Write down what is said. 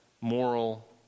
moral